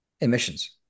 emissions